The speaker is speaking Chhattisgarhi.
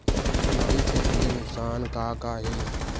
सामाजिक क्षेत्र के नुकसान का का हे?